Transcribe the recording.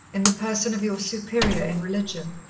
in the person of your superior in religion.